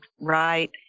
right